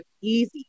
easy